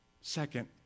Second